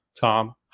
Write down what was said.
Tom